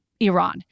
Iran